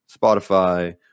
Spotify